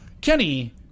Kenny